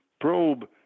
probe